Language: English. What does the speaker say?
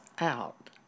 out